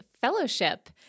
fellowship